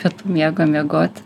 pietų miego miegoti